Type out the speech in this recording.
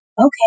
Okay